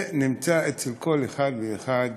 זה נמצא אצל כל אחד ואחד,